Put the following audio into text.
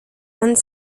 vingt